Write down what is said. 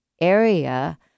area